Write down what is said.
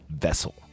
vessel